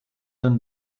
een